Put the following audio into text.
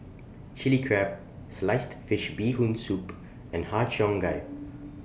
Chili Crab Sliced Fish Bee Hoon Soup and Har Cheong Gai